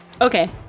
Okay